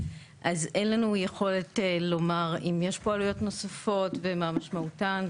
אין לנו יכולת לומר אם יש פה עלויות נוספות ומה משמעותן,